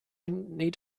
need